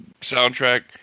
soundtrack